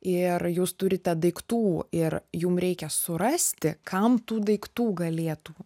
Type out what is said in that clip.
ir jūs turite daiktų ir jum reikia surasti kam tų daiktų galėtų